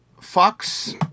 Fox